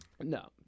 No